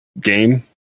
game